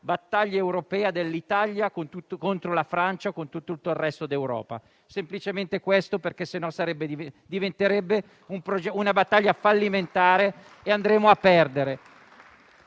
battaglia europea dell'Italia contro la Francia o contro tutto il resto d'Europa. Vi chiedo semplicemente questo perché diventerebbe una battaglia fallimentare, che andremo a perdere